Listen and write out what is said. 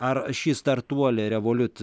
ar šį startuolį revoliut